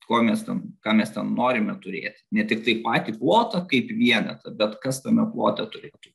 ko mes ten ką mes norime turėti ne tiktai patį plotą kaip vienetą bet kas tame plote turėtų